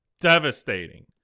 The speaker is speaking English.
Devastating